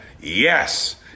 Yes